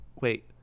Wait